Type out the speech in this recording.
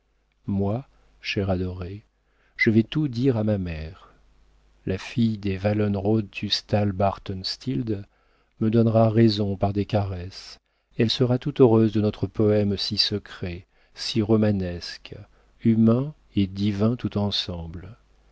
moi cher adoré je vais tout dire à ma mère la fille des wallenrod tustall bartenstild me donnera raison par des caresses elle sera tout heureuse de notre poëme si secret si romanesque humain et divin tout ensemble